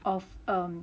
of err